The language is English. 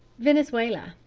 venezuela.